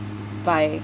by